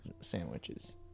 sandwiches